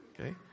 Okay